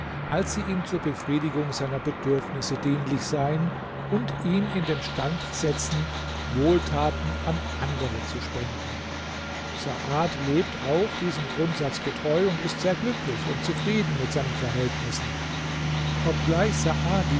als sie ihm zur befriedigung seiner bedürfnisse dienlich seien und ihn in den stand setzen wohltaten an andere zu spenden saad lebt auch diesem grundsatz getreu und ist sehr glücklich und zufrieden mit seinen verhältnissen obgleich